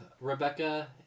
Rebecca